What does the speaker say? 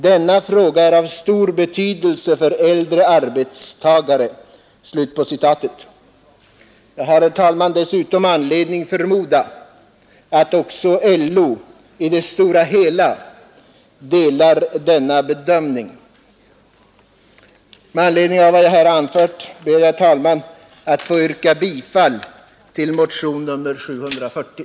Denna fråga är av stor betydelse för äldre arbetstagare.” Jag har, herr talman, dessutom anledning förmoda att också Landsorganisationen i det stora hela delar denna bedömning. Med anledning av vad jag här anfört ber jag, herr talman, att få yrka bifall till motionen 740.